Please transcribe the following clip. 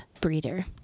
breeder